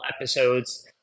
episodes